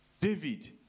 David